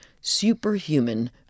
superhuman